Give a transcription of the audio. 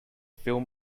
film